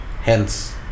Hence